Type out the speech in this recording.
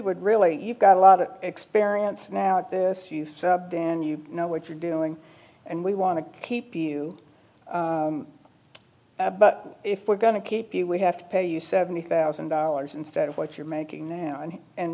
would really you've got a lot of experience now at this you've sat down you know what you're doing and we want to keep you but if we're going to keep you we have to pay you seventy thousand dollars instead of what you're making now and